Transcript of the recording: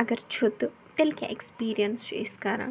اَگر چھُ تہٕ تیٚلہِ کیٛاہ اٮ۪کسپیٖریَنس چھُ أسۍ کَران